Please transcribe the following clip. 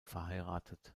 verheiratet